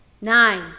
Nine